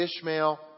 Ishmael